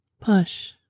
push